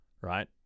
Right